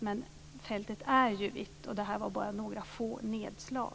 Men fältet är vitt. Det här var bara några få nedslag.